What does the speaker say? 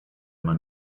man